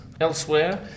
Elsewhere